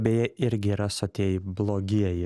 beje irgi yra sotieji blogieji